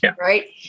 Right